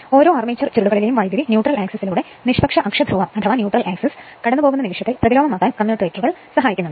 ഓരോ അർമേച്ചർ ചുരുളുകളിലെയും വൈദ്യുതി ന്യൂട്രൽ ആക്സിസിലൂടെ നിഷ്പക്ഷ അക്ഷധ്രുവo കടന്നുപോകുന്ന നിമിഷത്തിൽ പ്രതിലോമമാക്കാൻ കമ്മ്യൂട്ടേറ്ററുകൾ സഹായിക്കുന്നു